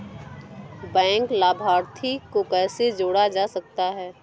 Bank लाभार्थी को कैसे जोड़ा जा सकता है?